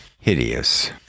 hideous